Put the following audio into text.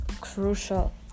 crucial